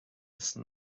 san